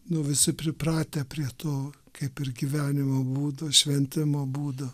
nu visi pripratę prie to kaip ir gyvenimo būdo šventimo būdo